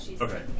Okay